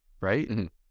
right